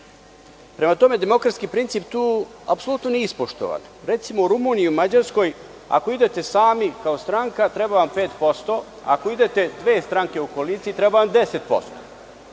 5%.Prema tome, demokratski princip tu apsolutno nije ispoštovan. Recimo u Rumuniji i Mađarskoj, ako idete sami kao stranka treba vam 5%, ako idete sa dve stranke u koaliciji treba vam 10%.